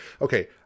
okay